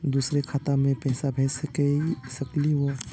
दुसरे खाता मैं पैसा भेज सकलीवह?